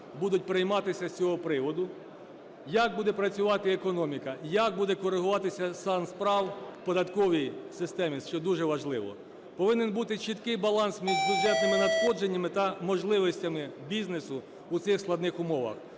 будуть прийматися з цього приводу, як буде працювати економіка, як буде коригуватися стан справ в податковій системі, що дуже важливо. Повинен бути чіткий баланс між бюджетними надходженнями та можливостями бізнесу у цих складних умовах.